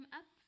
up